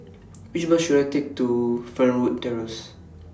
Which Bus should I Take to Fernwood Terrace